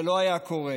זה לא היה קורה.